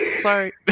Sorry